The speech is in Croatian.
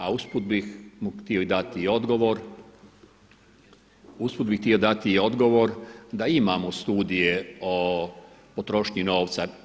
A usput bih mu htio i dati odgovor, usput bih htio dati odgovor da imamo studije po potrošnji novca.